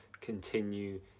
continue